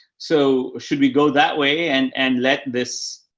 so should we go that way and, and let this,